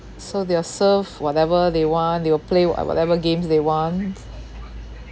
so they will surf whatever they want they will play wha~ uh whatever games they want